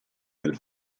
del